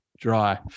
dry